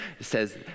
says